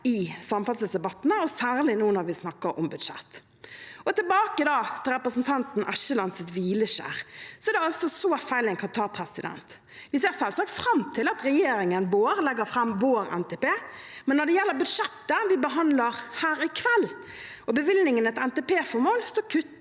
i samferdselsdebattene, særlig nå når vi snakker om budsjettet. Tilbake til representanten Eskelands hvileskjær er det altså så feil en kan ta. Vi ser selvsagt fram til at regjeringen legger fram vår NTP, men når det gjelder budsjettet vi behandler her i kveld og bevilgningene til NTPformål, kutter